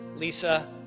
Lisa